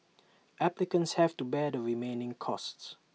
applicants have to bear the remaining costs